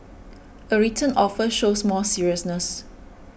a written offer shows more seriousness